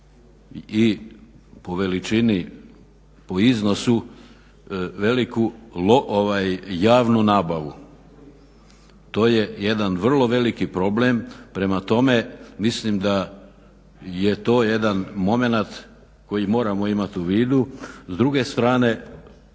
i po veličini, po iznosu veliku javnu nabavu. To je jedan vrlo veliki problem. Prema tome mislim da je to jedan momenat koji moramo imati u vidu. S druge strane